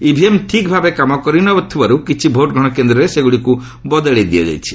EVM ଠିକ୍ ଭାବେ କାମ ନକରିବାରୁ କିଛି ଭୋଟ୍ଗ୍ରହଣ କେନ୍ଦ୍ରରେ ସେଗୁଡ଼ିକୁ ବଦଳାଯାଇଛି